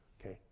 okay,